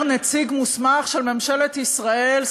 אומר נציג מוסמך של ממשלת ישראל,